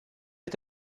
est